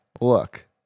look